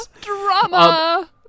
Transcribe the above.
drama